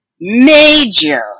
major